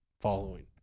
following